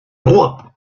ruhe